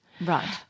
Right